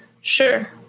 Sure